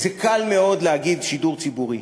קל מאוד להגיד: שידור ציבורי.